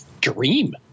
dream